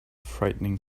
frightening